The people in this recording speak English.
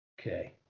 Okay